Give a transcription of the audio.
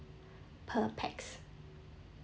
per pax